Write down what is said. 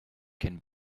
can